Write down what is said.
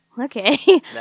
okay